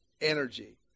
energy